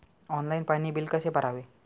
Online पाणी bill कसे भरावे?